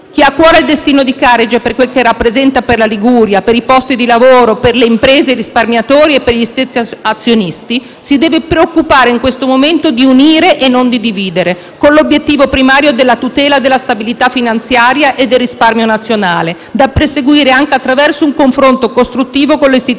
Chi ha a cuore il destino di Carige, per quel che rappresenta per la Liguria, per i posti di lavoro, per le imprese e i risparmiatori e per gli stessi azionisti, si deve preoccupare in questo momento di unire e non di dividere, con l'obiettivo primario della tutela della stabilità finanziaria e del risparmio nazionale, da perseguire anche attraverso un confronto costruttivo con le istituzioni